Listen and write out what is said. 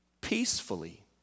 peacefully